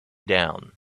down